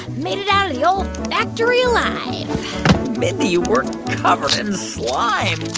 made it out the um olfactory alive mindy, we're covered in slime.